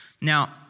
Now